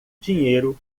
dinheiro